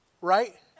Right